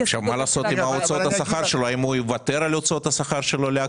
הסוג הזה של --- מה לעשות עם הוצאות השכר שלו?